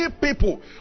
people